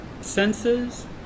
senses